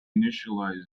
initialized